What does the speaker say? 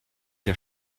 der